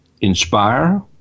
Inspire